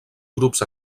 grups